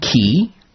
key